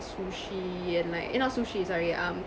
sushi and like eh not sushi sorry um